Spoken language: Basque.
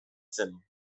zen